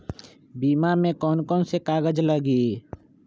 बीमा में कौन कौन से कागज लगी?